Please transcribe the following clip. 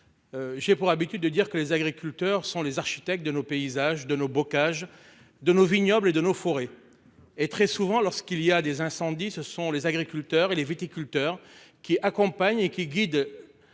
J'ai pour habitude de dire que les agriculteurs sont les architectes de nos paysages de nos bocages de nos vignobles et de nos forêts et très souvent lorsqu'il y a des incendies, ce sont les agriculteurs et les viticulteurs qui accompagne et qui guide.